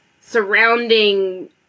surrounding